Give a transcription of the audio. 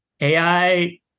AI